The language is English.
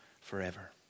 forever